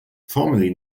formerly